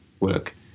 work